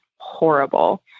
Horrible